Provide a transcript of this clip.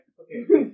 okay